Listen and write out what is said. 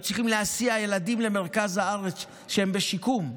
היו צריכים להסיע ילדים למרכז הארץ כשהם בשיקום.